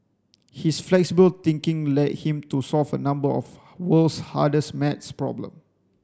his flexible thinking led him to solve a number of world's hardest maths problem